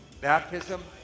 baptism